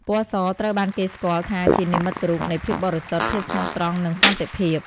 ពណ៌ស ត្រូវបានគេស្គាល់ថាជានិមិត្តរូបនៃ ភាពបរិសុទ្ធ ភាពស្មោះត្រង់ និង សន្តិភាព។